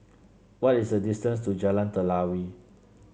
what is the distance to Jalan Telawi